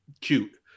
cute